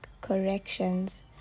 corrections